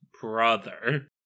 brother